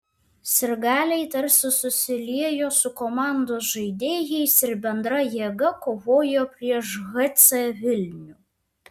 sirgaliai tarsi susiliejo su komandos žaidėjais ir bendra jėga kovojo prieš hc vilnių